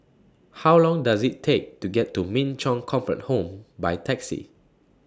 How Long Does IT Take to get to Min Chong Comfort Home By Taxi